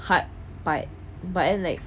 hard part but then like